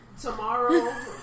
tomorrow